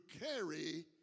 carry